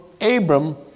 Abram